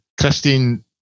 Christine